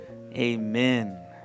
Amen